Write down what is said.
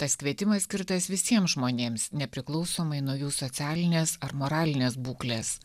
tas kvietimas skirtas visiems žmonėms nepriklausomai nuo jų socialinės ar moralinės būklės